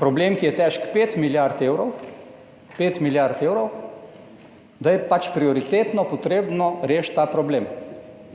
problem, ki je težek 5 milijard evrov, je pač prioritetno treba rešiti ta problem.